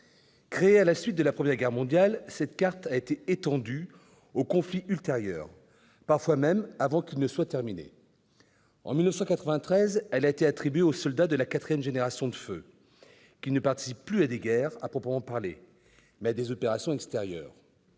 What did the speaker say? Créée à la suite de la Première Guerre mondiale, cette carte a été étendue aux conflits ultérieurs, parfois même avant qu'ils ne soient terminés. En 1993, elle a été attribuée aux soldats de la quatrième génération du feu, qui ne participent plus à des guerres à proprement parler, mais à des opérations extérieures.